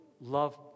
love